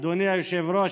אדוני היושב-ראש,